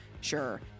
Sure